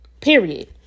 Period